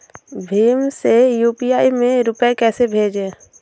भीम से यू.पी.आई में रूपए कैसे भेजें?